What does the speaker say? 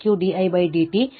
ಆದ್ದರಿಂದ vt L eq di dt